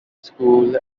school